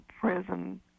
prison